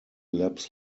laps